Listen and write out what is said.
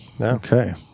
okay